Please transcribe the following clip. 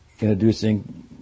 introducing